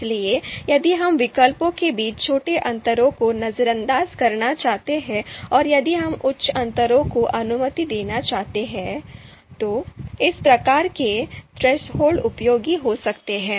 इसलिए यदि हम विकल्पों के बीच छोटे अंतरों को नजरअंदाज करना चाहते हैं और यदि हम उच्च अंतरों को अनुमति देना चाहते हैं तो इस प्रकार के थ्रेसहोल्ड उपयोगी हो सकते हैं